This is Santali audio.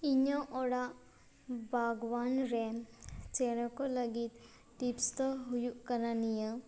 ᱤᱧᱟᱹᱜ ᱚᱲᱟᱜ ᱵᱟᱜᱚᱣᱟᱱ ᱨᱮᱱ ᱪᱮᱬᱮ ᱠᱚ ᱞᱟᱹᱜᱤᱫ ᱴᱤᱯᱥ ᱫᱚ ᱦᱩᱭᱩᱜ ᱠᱟᱱᱟ ᱱᱤᱭᱟᱹ